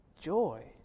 joy